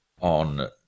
on